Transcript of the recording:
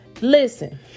Listen